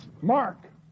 mark